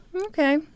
Okay